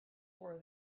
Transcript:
were